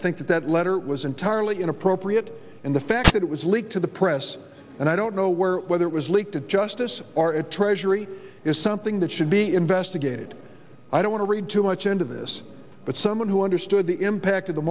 think that that letter was entirely inappropriate and the fact that it was leaked to the press and i don't know where whether it was leaked to justice or at treasury is something that should be investigated i don't want to read too much into this but someone who understood the impact of the